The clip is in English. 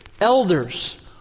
Elders